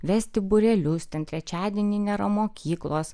vesti būrelius ten trečiadienį nėra mokyklos